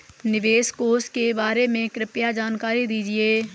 निवेश कोष के बारे में कृपया जानकारी दीजिए